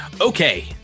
Okay